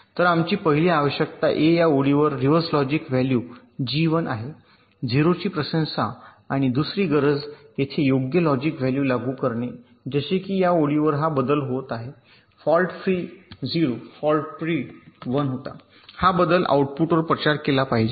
तर आमची पहिली आवश्यकता ए या ओळीवर रिव्हर्स लॉजिक व्हॅल्यू जी 1 आहे 0 ची प्रशंसा आणि दुसरी गरज येथे योग्य लॉजिक व्हॅल्यू लागू करणे जसे की या ओळीवर हा बदल होत आहे फॉल्ट फ्री 0 फॉल्ट फ्री 1 होता हा बदल आउटपुटवर प्रचार केला पाहिजे